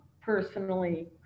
personally